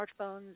smartphones